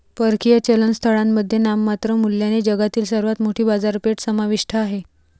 परकीय चलन स्थळांमध्ये नाममात्र मूल्याने जगातील सर्वात मोठी बाजारपेठ समाविष्ट आहे